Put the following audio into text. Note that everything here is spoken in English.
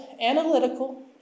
analytical